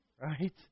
right